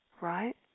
right